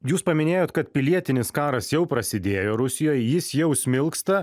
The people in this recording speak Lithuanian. jūs paminėjot kad pilietinis karas jau prasidėjo rusijoje jis jau smilksta